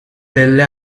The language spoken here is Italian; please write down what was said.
delle